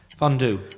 Fondue